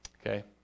Okay